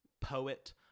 poet